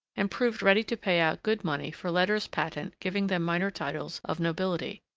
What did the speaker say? and proved ready to pay out good money for letters-patent giving them minor titles of nobility.